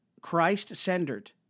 Christ-centered